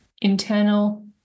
internal